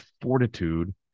fortitude